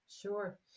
sure